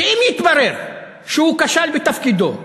שאם יתברר שהוא כשל בתפקידו,